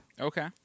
Okay